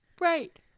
Right